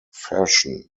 fashion